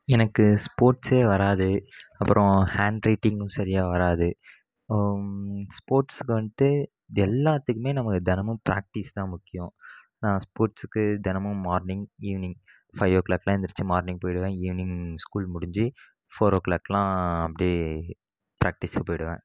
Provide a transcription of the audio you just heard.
எனக்கு ஸ்போர்ட்ஸ்சே வராது அப்புறம் ஹேன்ட்ரைட்டிங்கும் சரியாக வராது ஸ்போர்ட்ஸ்க்கு வந்துட்டு இது எல்லாத்துக்குமே நம்ம தினமும் பிராக்ட்டிஸ் தான் முக்கியம் நான் ஸ்போர்ட்ஸ்க்கு தினமும் மார்னிங் ஈவினிங் ஃபைவ் ஒ க்ளாக்கெலாம் எழுந்திரிச்சி மார்னிங் போய்விடுவன் ஈவினிங் ஸ்கூல் முடிஞ்சு ஃபோர் ஒ க்ளாக்கெலாம் அப்படியே பிராக்ட்டிஸ்க்கு போயிவிடுவேன்